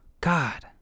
God